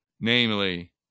namely